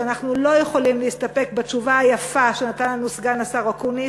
שאנחנו לא יכולים להסתפק בתשובה היפה שנתן לנו סגן השר אקוניס,